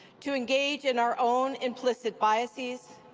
to engage in our own implicit biases,